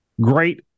Great